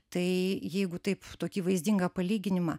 tai jeigu taip tokį vaizdingą palyginimą